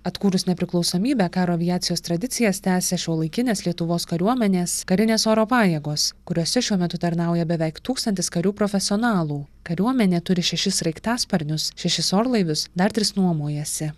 atkūrus nepriklausomybę karo aviacijos tradicijas tęsia šiuolaikinės lietuvos kariuomenės karinės oro pajėgos kuriose šiuo metu tarnauja beveik tūkstantis karių profesionalų kariuomenė turi šešis sraigtasparnius šešis orlaivius dar tris nuomojasi